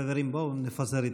חברים, בואו נפזר התקהלויות.